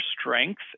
strength